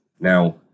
Now